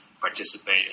participate